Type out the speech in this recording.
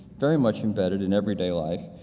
very much embedded in everyday life,